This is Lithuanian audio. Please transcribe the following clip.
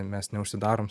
mes neužsidarom